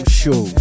show